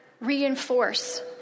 reinforce